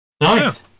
Nice